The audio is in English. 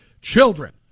children